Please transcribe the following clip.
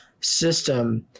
system